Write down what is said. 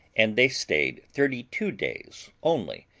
and they stayed thirty-two days only,